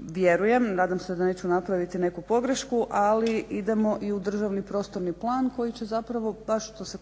vjerujem, nadam se da neću napraviti neku pogrešku, ali idemo i u državni prostorni plan koji će zapravo baš što se